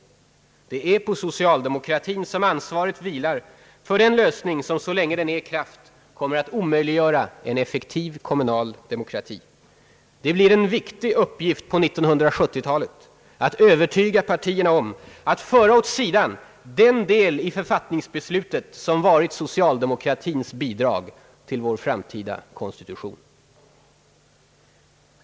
Det är på socialdemokratin som ansvaret vilar för den lösning som så länge den är i kraft kommer att omöjliggöra en effektiv kommunal demokrati. Det blir en viktig uppgift på 1970 talet att övertyga partierna om att föra åt sidan den del i författningsbeslutet som är socialdemokratins bidrag till vår framtida konstitution.